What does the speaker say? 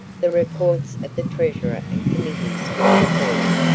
the reports of the treasurer and committees were deferred,